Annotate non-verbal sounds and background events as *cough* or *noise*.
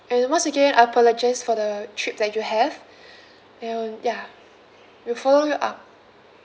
and once again I apologize for the trip that you have *breath* and ya we'll follow you up